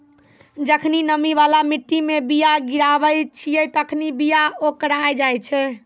जखनि नमी बाला मट्टी मे बीया गिराबै छिये तखनि बीया ओकराय जाय छै